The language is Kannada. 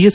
ಎಸ್